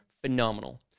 Phenomenal